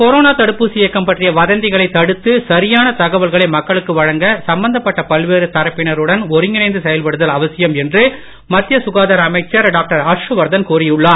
corona தடுப்பூசி இயக்கம் பற்றிய வதந்திகளை தடுத்து சரியான தகவல்களை மக்களுக்கு வழங்க சம்பந்தப்பட்ட பல்வேறு தரப்பினருடன் ஒருங்கிணைந்து செயல்படுதல் அவசியம் என்று மத்திய சுகாதார அமைச்சர் டாக்டர் ஹர்ஷவர்தன் கூறியுள்ளார்